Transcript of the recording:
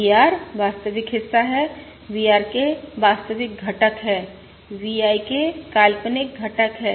VR वास्तविक हिस्सा है VRK वास्तविक घटक है V I K काल्पनिक घटक है